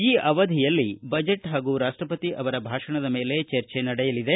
ಈ ಅವಧಿಯಲ್ಲಿ ಬಜೆಟ್ ಹಾಗೂ ರಾಷ್ಟಪತಿ ಅವರ ಭಾಷಣದ ಮೇಲೆ ಚರ್ಚೆ ನಡೆಯಲಿದೆ